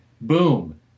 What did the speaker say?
Boom